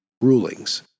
rulings